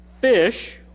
fish